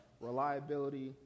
reliability